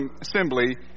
assembly